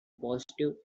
positive